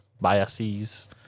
biases